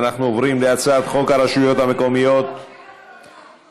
אנחנו עוברים להצעת חוק הרשויות המקומיות (מנהל